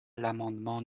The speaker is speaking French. l’amendement